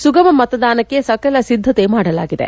ಸುಗಮ ಮತದಾನಕ್ಕೆ ಸಕಲ ಸಿದ್ಧತೆ ಮಾಡಲಾಗಿದೆ